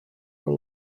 more